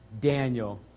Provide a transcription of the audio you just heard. Daniel